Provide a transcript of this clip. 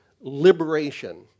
liberation